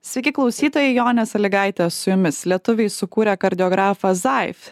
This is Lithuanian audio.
sveiki klausytojai jonė salygaitė su jumis lietuviai sukūrė kardiografą zaif